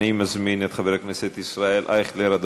אני מזמין את חבר הכנסת ישראל אייכלר.